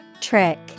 Trick